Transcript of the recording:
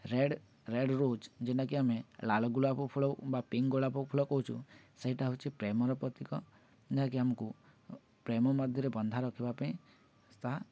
red red rose ଯେନଟା ଆମେ ଲାଲ ଗୋଲାପ ଫୁଲ ବା ପିଙ୍କ ଗୋଲାପ ଫୁଲ କହୁଛୁ ସେଇଟା ହେଉଛି ପ୍ରେମର ପ୍ରତୀକ ଯାହାକି ଆମକୁ ପ୍ରେମ ମଧ୍ୟରେ ବନ୍ଧା ରଖିବା ପାଇଁ ତାହା